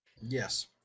Yes